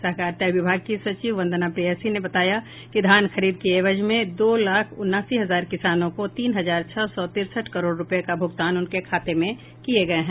सहकारिता विभाग की सचिव वंदना प्रेयसी ने बताया कि धान खरीद की एवज में दो लाख उनासी हजार किसानों को तीन हजार छह सौ तिरसठ करोड़ रूपये का भूगतान उनके खाते में किये गये हैं